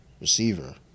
Receiver